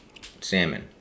Salmon